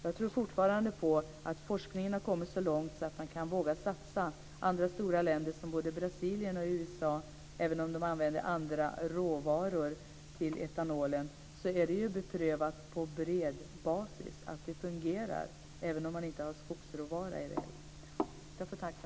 Jag tror fortfarande på att forskningen har kommit så långt att man kan våga satsa på detta. I stora länder som Brasilien och USA är etanolen beprövad på bred basis och fungerar, även om den inte utvinns ur skogsråvara.